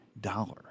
dollar